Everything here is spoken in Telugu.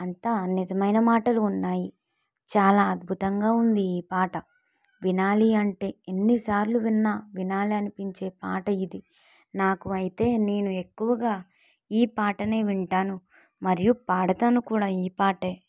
అంతా నిజమైన మాటలు ఉన్నాయి చాలా అద్భుతంగా ఉంది ఈ పాట వినాలి అంటే ఎన్ని సార్లు విన్న వినాలి అనిపించే పాట ఇది నాకు అయితే నేను ఎక్కువగా ఈ పాటను వింటాను మరియు పాడుతాను కూడా ఈ పాట